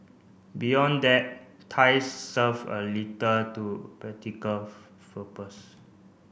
beyond that ties serve a little to practical purpose